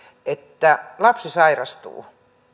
että jos lapsi sairastuu